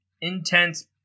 Intense-